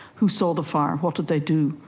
who saw the fire, what did they do,